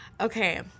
Okay